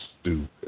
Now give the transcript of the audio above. stupid